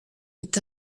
est